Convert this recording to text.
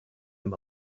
him